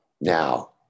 now